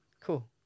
cool